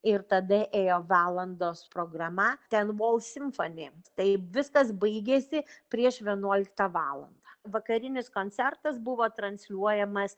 ir tada ėjo valandos programa tenvol simfani tai viskas baigėsi prieš vienuoliktą valandą vakarinis koncertas buvo transliuojamas